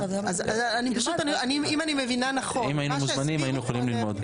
אם היינו מוזמנים, היינו יכולים ללמוד.